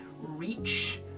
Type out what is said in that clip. reach